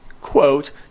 quote